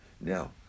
Now